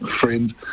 Friend